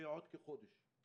בעוד כחודש.